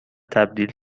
تبدیل